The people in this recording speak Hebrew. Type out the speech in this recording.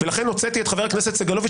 לכן הוצאתי את חבר הכנסת סגלוביץ',